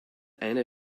eine